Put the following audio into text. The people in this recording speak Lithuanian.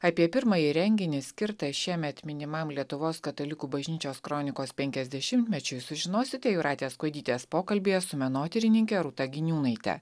apie pirmąjį renginį skirtą šiemet minimam lietuvos katalikų bažnyčios kronikos penkiasdešimtmečiui sužinosite jūratės kuodytės pokalbyje su menotyrininke rūta giniūnaite